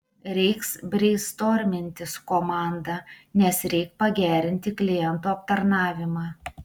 reiks breistorminti su komanda nes reik pagerinti klientų aptarnavimą